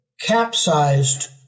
capsized